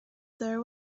there